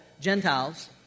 Gentiles